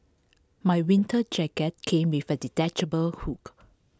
my winter jacket came with A detachable hood